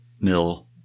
mill